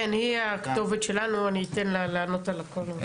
כן, היא הכתובת שלנו, אני אתן לה לענות על הכל.